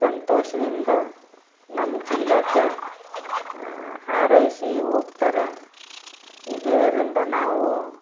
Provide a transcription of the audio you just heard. ಸಂತೋಷದಿಂದ ನಮ್ಮ ಜಿಲ್ಲೆಕ ಹಾರೈಸಿ ಹೋಗ್ತಾರೆ ಇದರಿಂದ ನಾವು